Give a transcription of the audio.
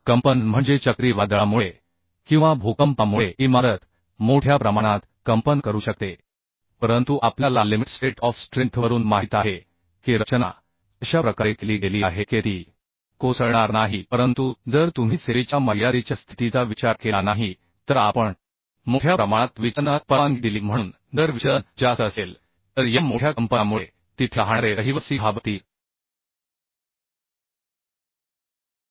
कंपन म्हणजे चक्रीवादळामुळे किंवा भूकंपामुळे इमारत मोठ्या प्रमाणात कंपन करू शकते प रंतु आपल्या ला लिमिट स्टेट ऑफ स्ट्रेंथवरून माहित आहे की रचना अशा प्रकारे केली गेली आहे के ती कोसळणार नाही परंतु जर तुम्ही सेवेच्या मर्यादेच्या स्थितीचा विचार केला नाही तर आपण मोठ्या प्रमाणात विचलनास परवानगी दिली म्हणून जर विचलन जास्त असेल तर या मोठ्या कंपनामुळे तिथे राहणारे रहिवासी घाबरतील